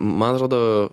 man atrodo